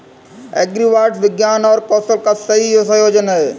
agribots विज्ञान और कौशल का सही संयोजन हैं